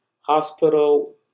hospital